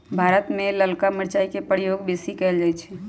भारत में ललका मिरचाई के प्रयोग बेशी कएल जाइ छइ